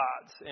gods